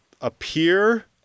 appear